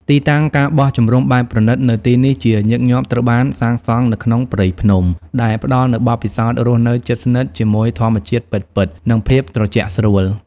ទីតាំង ការបោះជំរំបែបប្រណីត នៅទីនេះជាញឹកញាប់ត្រូវបានសាងសង់នៅក្នុងព្រៃភ្នំ ដែលផ្តល់នូវបទពិសោធន៍រស់នៅជិតស្និទ្ធជាមួយធម្មជាតិពិតៗ និងភាពត្រជាក់ស្រួល។